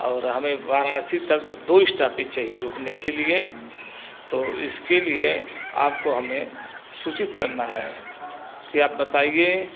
और हमें वाराणासी तक दो इस्टोपेज चाहिए रुकने के लिए तो इसके लिए आपको हमें सूचित करना है कि आप बताइए